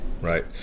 Right